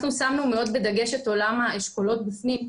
אנחנו שמנו מאוד בדגש את עולם האשכולות בפנים,